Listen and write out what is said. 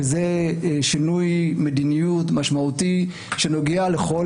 שזה שינוי מדיניות משמעותי שנוגע לכל